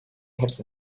hepsi